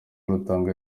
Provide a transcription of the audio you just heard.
rutanga